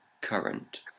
current